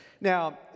Now